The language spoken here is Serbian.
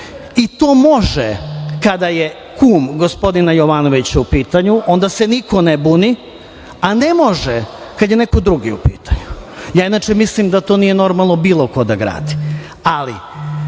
i to može kada je kum gospodina Jovanovića u pitanju, onda se niko ne buni, a ne može kada je neko drugi u pitanju. Inače, mislim da nije normalno bilo ko da gradi,